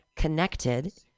connected